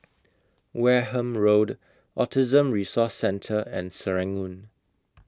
Wareham Road Autism Resource Centre and Serangoon